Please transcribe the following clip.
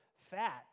fat